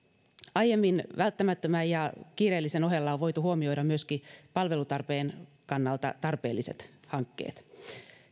aiemmin välttämättömien ja kiireellisten ohella on voitu huomioida myöskin palvelutarpeen kannalta tarpeelliset hankkeet